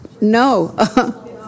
No